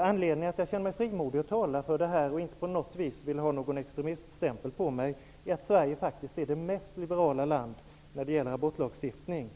Anledningen till att jag känner mig frimodig att tala för det här utan att bli stämplad som extremist är att Sverige faktiskt är det mest liberala landet när det gäller abortlagstiftning.